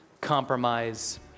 compromise